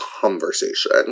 conversation